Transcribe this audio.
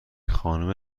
خانم